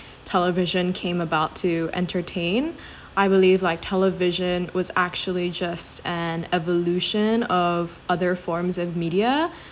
television came about to entertain I believe like television was actually just an evolution of other forms of media